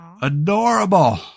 Adorable